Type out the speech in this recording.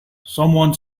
someone